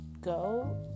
go